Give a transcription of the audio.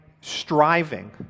striving